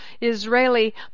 Israeli